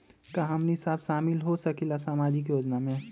का हमनी साब शामिल होसकीला सामाजिक योजना मे?